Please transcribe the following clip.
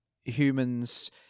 humans